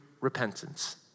repentance